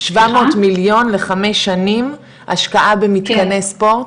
700 מליון לחמש שנים השקעה במתקני ספורט?